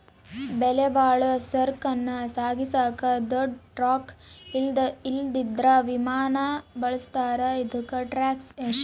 ಬೆಲೆಬಾಳೋ ಸರಕನ್ನ ಸಾಗಿಸಾಕ ದೊಡ್ ಟ್ರಕ್ ಇಲ್ಲಂದ್ರ ವಿಮಾನಾನ ಬಳುಸ್ತಾರ, ಇದುಕ್ಕ ಟ್ಯಾಕ್ಷ್ ಜಾಸ್ತಿ